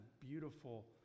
beautiful